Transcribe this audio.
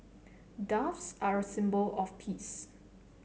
doves are a symbol of peace